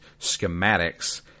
schematics